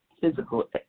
physical